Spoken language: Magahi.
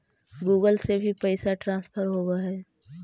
गुगल से भी पैसा ट्रांसफर होवहै?